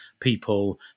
people